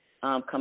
Come